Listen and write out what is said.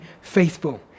faithful